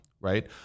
right